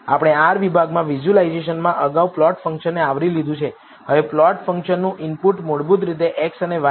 આપણે R વિભાગમાં વિઝ્યુલાઇઝેશનમાં અગાઉ પ્લોટ ફંક્શનને આવરી લીધું છે હવે પ્લોટ ફંક્શનનું ઇનપુટ મૂળભૂત રીતે x અને y છે